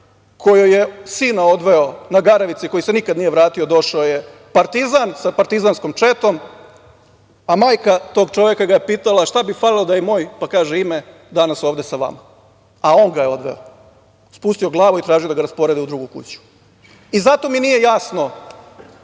kojoj je sina odveo na Garavici, koji se nikad nije vratio, došao je partizan sa partizanskom četom, a majka tog čoveka ga je pitala – šta bi falilo da je i moj, pa kaže ime, danas ovde sa vama, a on ga je odveo. Spustio glavu i tražio da ga rasporede u drugu kuću. Zato mi nije jasno,